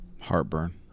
Heartburn